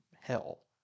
hell